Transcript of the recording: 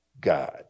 God